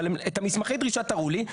את מסמכי הדרישה תראו לי,